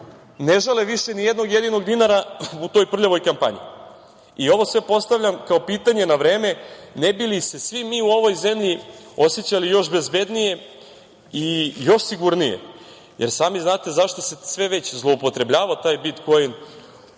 ne žale više ni jednog jedinog dinara u toj prljavoj kampanji. Ovo sve postavljam kao pitanje na vreme ne bi li se svi mi u ovoj zemlji osećali još bezbednije i još sigurnije, jer sami znate zašto se sve već zloupotrebljavao taj bitkoin